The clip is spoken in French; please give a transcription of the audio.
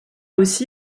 aussi